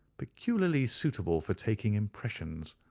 peculiarly suitable for taking impressions.